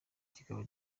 kikaba